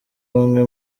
bamwe